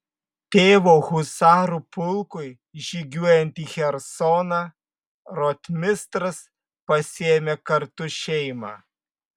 tėvo husarų pulkui žygiuojant į chersoną rotmistras pasiėmė kartu šeimą